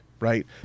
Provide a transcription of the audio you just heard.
Right